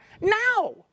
now